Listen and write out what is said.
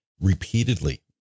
repeatedly